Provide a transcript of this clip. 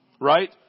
Right